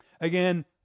again